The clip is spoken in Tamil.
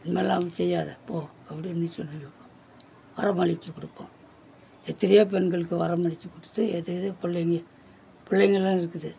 இனிமேலெல்லாம் அப்படி செய்யாத போ அப்படினு சொல்லிவிடுவோம் வரமளித்து கொடுப்போம் எத்தனையோ பெண்களுக்கு வரமளித்து கொடுத்து எது எது பிள்ளைங்க பிள்ளைங்களாம் இருக்குது